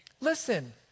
listen